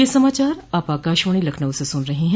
ब क यह समाचार आप आकाशवाणी लखनऊ से सुन रहे हैं